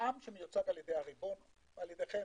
העם שמיוצג על-ידי הריבון, על-ידכם.